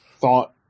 thought